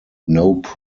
nouns